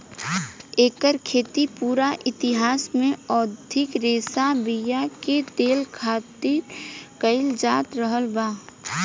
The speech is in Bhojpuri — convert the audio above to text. एकर खेती पूरा इतिहास में औधोगिक रेशा बीया के तेल खातिर कईल जात रहल बा